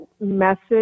message